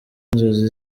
inzozi